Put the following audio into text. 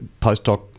postdoc